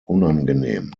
unangenehm